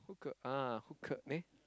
hook ah hook there